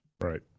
Right